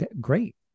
great